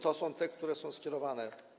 To są te, które są skierowane.